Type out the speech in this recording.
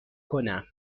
کنم